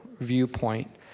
viewpoint